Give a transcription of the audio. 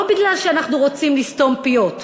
לא מפני שאנחנו רוצים לסתום פיות,